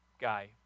guy